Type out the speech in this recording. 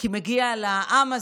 כי מגיע לעם הזה,